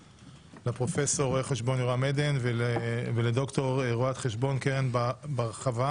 לפרופ' רו"ח יורם עדן ולד"ר רו"ח קרן בר-חוה.